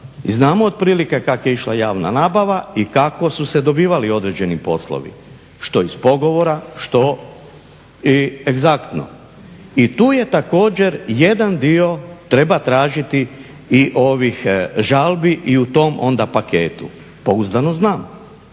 znamo otprilike kako je išla javna nabava i kako su se dobivali određeni poslovi. Što iz pogovora, što i egzaktno. I tu je također jedan dio treba tražiti i ovih žalbi i u tom onda paketu. Pouzdano znam.